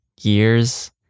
years